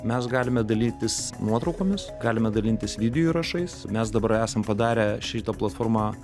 mes galime dalytis nuotraukomis galime dalintis video įrašais mes dabar esam padarę šitą platformą